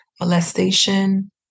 molestation